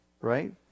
Right